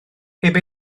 heb